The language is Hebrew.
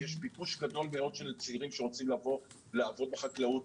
יש ביקוש גדול מאוד של צעירים שרוצים לבוא ולעבוד בחקלאות,